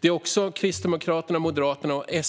Det är också Kristdemokraterna, Moderaterna och Sverigedemokraterna